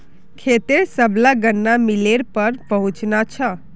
खेतेर सबला गन्ना मिलेर पर पहुंचना छ